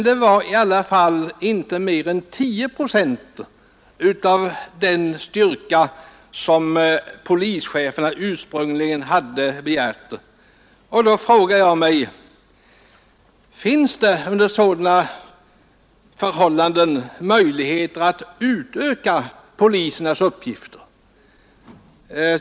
Det var i alla fall inte mer än 10 procent av den styrka som polischeferna ursprungligen hade begärt. Då frågar jag mig: Finns det under sådana förhållanden möjligheter att utöka polisernas uppgifter?